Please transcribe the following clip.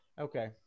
Okay